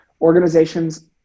organizations